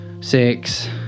six